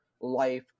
life